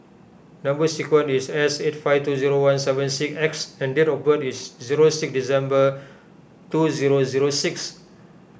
Number Sequence is S eight five two zero one seven six X and date of birth is zero six December two zero zero six